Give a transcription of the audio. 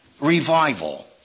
revival